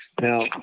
Now